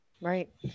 right